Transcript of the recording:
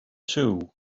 too